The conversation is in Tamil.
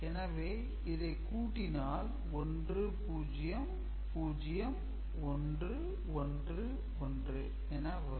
எனவே இதை கூட்டினால் 1 0 0 1 1 1 என வரும்